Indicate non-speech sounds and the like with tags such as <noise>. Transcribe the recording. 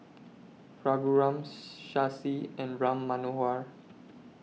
Raghuram <hesitation> Shashi and Ram Manohar